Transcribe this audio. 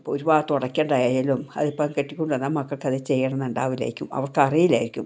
ഒരു ഭാഗം തുടയ്ക്കേണ്ടത് ആയാലും അത് ഇപ്പം കെട്ടിക്കൊണ്ട് വന്ന മക്കൾക്ക് അത് ചെയ്യണം എന്ന് ഉണ്ടാവില്ലായിരിക്കും അവർക്ക് അറിയില്ലായിരിക്കും